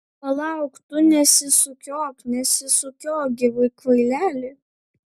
palauk tu nesisukiok nesisukiok gi kvaileli